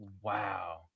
Wow